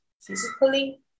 physically